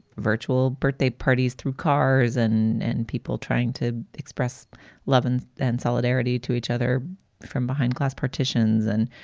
virtual birthday parties through cars and and people trying to express love and then solidarity to each other from behind glass partitions and,